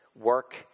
work